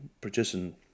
producing